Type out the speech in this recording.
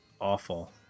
awful